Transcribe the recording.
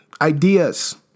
Ideas